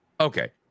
Okay